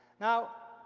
now,